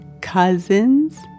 cousins